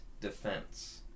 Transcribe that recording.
defense